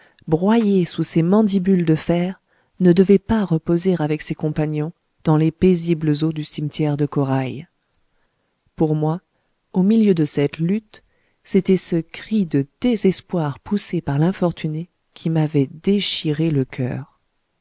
broyé sous ses mandibules de fer ne devait pas reposer avec ses compagnons dans les paisibles eaux du cimetière de corail pour moi au milieu de cette lutte c'était ce cri de désespoir poussé par l'infortuné qui m'avait déchiré le coeur